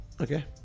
Okay